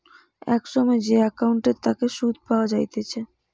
সময় সময় যে একাউন্টের তাকে সুধ পাওয়া যাইতেছে